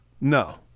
No